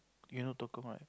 you know Tekong right